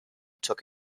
took